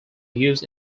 use